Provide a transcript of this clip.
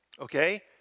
okay